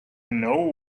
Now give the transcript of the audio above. know